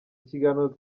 kiganiro